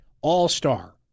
All-star